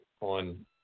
on